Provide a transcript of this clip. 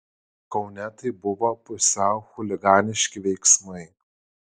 kaune tai buvo pusiau chuliganiški veiksmai